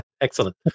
Excellent